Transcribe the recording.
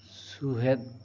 ᱥᱚᱦᱮᱫ